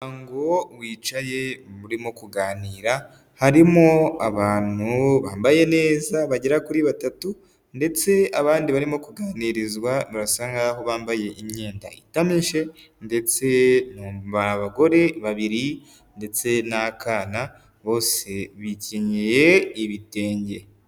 Umuryango wicaye murimo kuganira, harimo abantu bambaye neza bagera kuri batatu, ndetse abandi barimo kuganirizwa birasa nkaho bambaye imyenda itameshe, ndetse abagore babiri ndetse n'akana bose bikenye ibitenge.